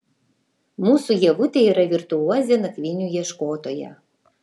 mūsų ievutė yra virtuozė nakvynių ieškotoja